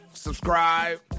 subscribe